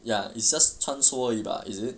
ya it's just 穿梭而已吧 is it